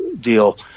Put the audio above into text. deal